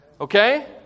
Okay